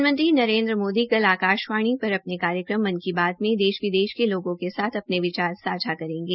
प्रधानमंत्री नरेन्द्र मोदी कल आकाशवाणी पर अपने कार्यक्रम मन की बात में देश विदेश के लोगों के साथ अपने विचार सांझा करेंगे